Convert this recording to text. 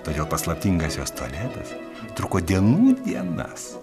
todėl paslaptingas jos tualetas truko dienų dienas